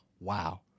Wow